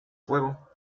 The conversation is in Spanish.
fuego